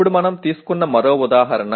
ఇప్పుడు మనం తీసుకున్న మరో ఉదాహరణ